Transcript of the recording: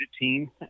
team